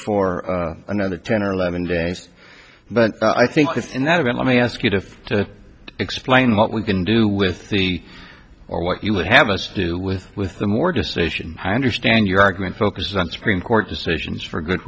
for another ten or eleven days but i think that in that event let me ask you to explain what we can do with the or what you would have us do with with the more decision i understand your argument focuses on supreme court decisions for good